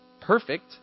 perfect